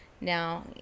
now